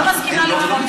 לא מסכימה לדחות.